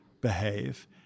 behave